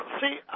see